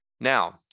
now